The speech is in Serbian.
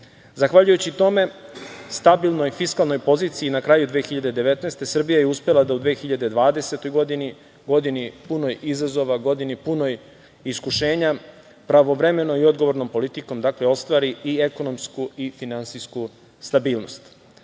Zahvaljujući tome, stabilnoj fiskalnoj poziciji na kraju 2019. godine, Srbija je uspela da u 2020. godini, godini punoj izazova, godini punoj iskušenja, pravovremenom i odgovornom politikom ostvari i ekonomsku i finansijsku stabilnost. Statistički